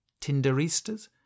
Tinderistas